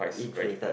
inflated